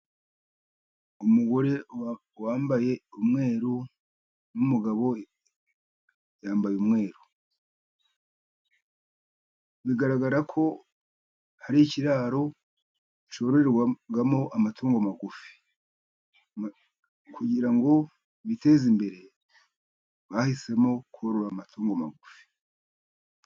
Umugore wambaye umweru, n'umugabo we yambaye umweru. Bigaragara ko hari ikiraro cyororerwamo amatungo magufi. Kugira ngo biteze imbere, bahisemo korora amatungo magufi.